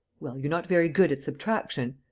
well, you're not very good at subtraction.